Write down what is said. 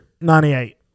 Ninety-eight